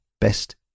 Best